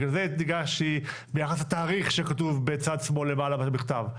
ובגלל זה הדגשתי ביחס לתאריך שכתוב בצד שמאל למעלה במכתב.